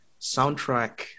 soundtrack